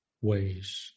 ways